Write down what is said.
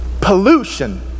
Pollution